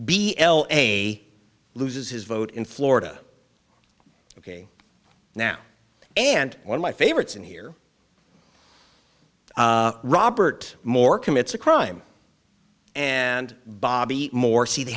b l a loses his vote in florida ok now and one of my favorites in here robert moore commits a crime and bobby moore see they